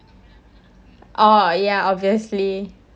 oh ya obviously